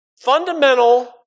fundamental